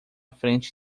frente